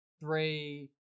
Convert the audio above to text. three